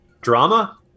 drama